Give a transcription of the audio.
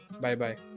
Bye-bye